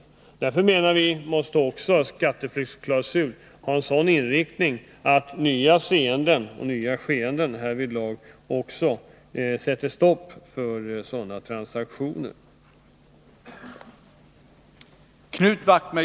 Därför menar vi att en skatteflyktsklausul måste ha en sådan inriktning att nya seenden och nya skeenden härvidlag inte sätter stopp för möjligheterna att hindra skatteflyktstransaktioner i framtiden.